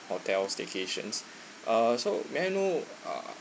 hotel staycations uh so may I know uh